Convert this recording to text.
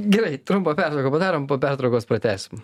gerai trumpą pertrauką padarom po pertraukos pratęsim